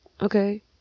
Okay